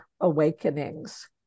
awakenings